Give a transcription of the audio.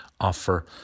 offer